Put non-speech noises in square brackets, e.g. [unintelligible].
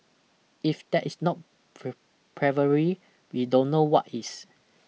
if that is not [unintelligible] bravery we don't know what is